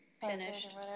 finished